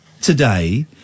today